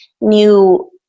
new